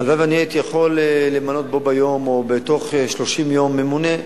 הלוואי שאני הייתי יכול למנות בו ביום או בתוך 30 יום ממונה,